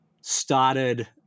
started